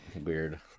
weird